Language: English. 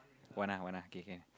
one ah one ah okay can